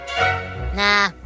Nah